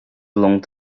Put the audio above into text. belong